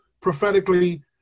prophetically